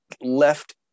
left